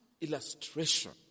illustration